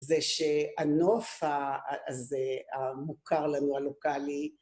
זה שהנוף הזה המוכר לנו הלוקאלי